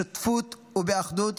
בשותפות ובאחדות.